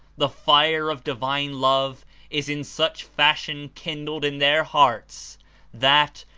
the fire of divine love is in such fashion kindled in their hearts that,